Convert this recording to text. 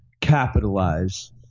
capitalize